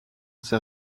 sais